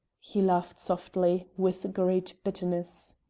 he laughed softly, with great bitterness.